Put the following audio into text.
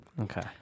Okay